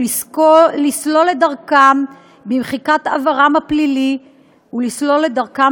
לסלול את דרכם במחיקת עברם הפלילי ולסלול את דרכם